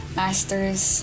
masters